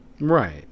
Right